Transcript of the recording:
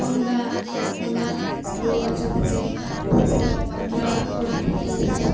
ᱛᱩᱢᱫᱟᱜ ᱴᱟᱢᱟᱠ ᱨᱩ ᱟᱸᱡᱚᱢᱛᱮ ᱤᱧᱫᱚ ᱵᱟᱯᱞᱟ ᱚᱲᱟᱜ ᱠᱚᱨᱮᱦᱚᱧ ᱮᱱᱮᱡᱟ